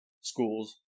schools